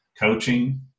coaching